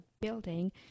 building